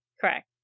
Correct